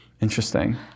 Interesting